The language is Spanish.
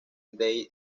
dade